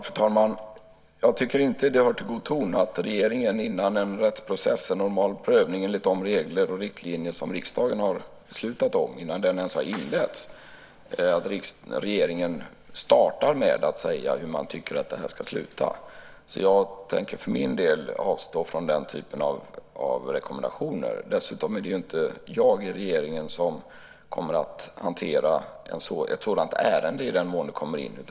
Fru talman! Jag tycker inte att det hör till god ton att regeringen innan en rättsprocess, en normal prövning enligt de regler och riktlinjer som riksdagen har beslutat om, ens har inletts startar med att säga hur man tycker att det här ska sluta. Jag tänker för min del avstå från den typen av rekommendationer. Dessutom är det inte jag i regeringen som kommer att hantera ett sådant ärende i den mån det kommer in.